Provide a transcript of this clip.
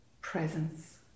presence